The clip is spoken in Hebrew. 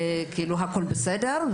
כאילו הכול בסדר,